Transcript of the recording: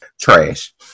Trash